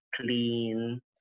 clean